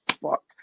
fuck